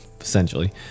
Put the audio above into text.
Essentially